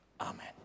Amen